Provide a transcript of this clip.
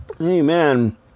Amen